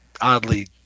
oddly